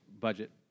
budget